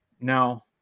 no